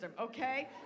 okay